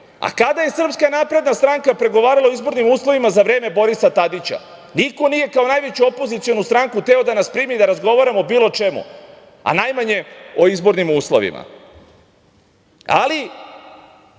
A kada je SNS pregovarala o izbornim uslovima za vreme Borisa Tadića? Niko nije kao najveću opozicionu stranku hteo da nas primi, da razgovaramo o bilo čemu, a najmanje o izbornim uslovima. Ali,